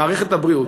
מערכת הבריאות.